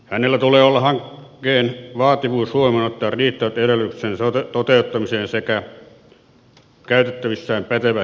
hänellä tulee olla hankkeen vaativuus huomioon ottaen riittävät edellytykset sen toteuttamiseen sekä käytettävissään pätevä henkilö